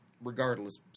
Regardless